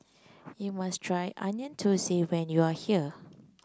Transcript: you must try Onion Thosai when you are here